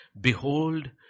Behold